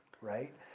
right